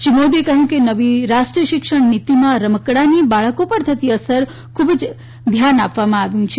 શ્રી મોદીએ કહ્યું કે નવી રાષ્ટ્રીય શિક્ષણ નિતીમાં રમકડાંની બાળકો પર થતી અસર ઉપર ખૂબ જ ધ્યાન આપવામાં આવ્યું છે